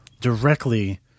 directly